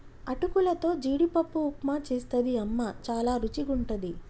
అటుకులతో జీడిపప్పు ఉప్మా చేస్తది అమ్మ చాల రుచిగుంటది